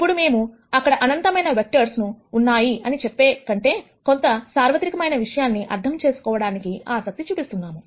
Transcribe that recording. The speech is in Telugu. ఇప్పుడు మేము అక్కడ అనంతమైన వెక్టర్స్ ఉన్నాయి అని చెప్పేకంటే కొంత సార్వత్రికం అయిన విషయాన్ని అర్థం చేసుకోవడానికి ఆసక్తి చూపిస్తున్నాము